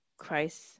christ